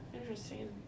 Interesting